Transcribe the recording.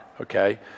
okay